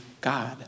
God